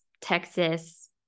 Texas